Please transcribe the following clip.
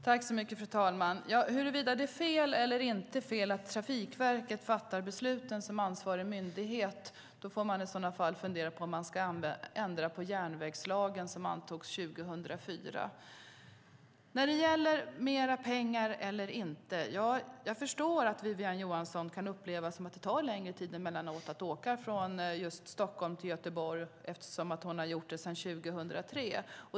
Fru talman! Ifall man undrar huruvida det är fel eller inte att Trafikverket fattar besluten som ansvarig myndighet får man fundera på om man ska ändra på järnvägslagen som antogs 2004. När det gäller mer pengar eller inte: Jag förstår att Wiwi-Anne Johansson kan uppleva att det emellanåt tar längre tid att åka från Stockholm till Göteborg eftersom hon har gjort det sedan 2003.